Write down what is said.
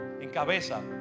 encabeza